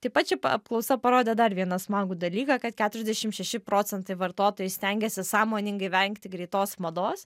taip pat ši apklausa parodė dar vieną smagų dalyką kad keturiasdešim šeši procentai vartotojų stengiasi sąmoningai vengti greitos mados